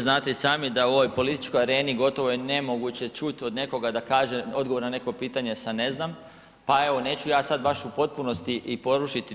Znate i sami da u ovoj političkoj areni gotovo je nemoguće čut od nekoga da kaže odgovor na neko pitanje sa „ne znam“, pa evo neću ja sad baš u potpunosti i porušiti